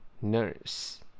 Nurse